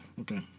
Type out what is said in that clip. Okay